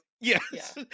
yes